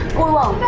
oh